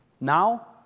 Now